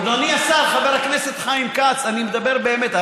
אדוני השר, חבר הכנסת חיים כץ, אני מדבר באמת.